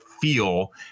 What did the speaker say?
feel